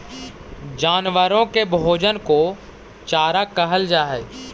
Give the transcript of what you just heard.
जानवरों के भोजन को चारा कहल जा हई